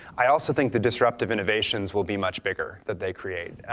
i also think the disruptive innovations will be much bigger that they create,